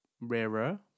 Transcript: rarer